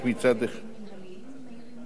לא,